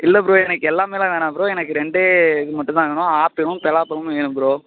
இல்லை ப்ரோ எனக்கு எல்லாமேலாம் வேணாம் ப்ரோ எனக்கு ரெண்டே இது மட்டும் தான் வேணும் ஆப்பிளும் பலாப்பலமும் வேணும் ப்ரோ